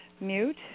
mute